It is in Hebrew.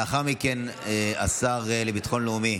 לאחר מכן השר לביטחון לאומי